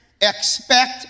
expect